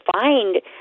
find